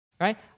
Right